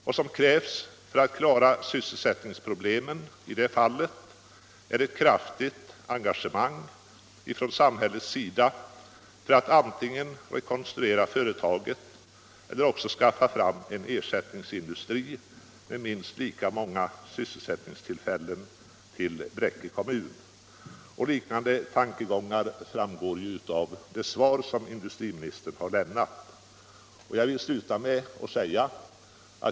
Vad som krävs för att klara sysselsättningsproblemen är ett kraftigt engagemang från samhället för att antingen rekonstruera företaget eller också skaffa en ersättningsindustri till Bräcke kommun med minst lika många sysselsättningstillfällen. Liknande tankegångar framförs i det svar som industriministern har lämnat.